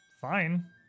fine